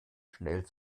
schnell